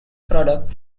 product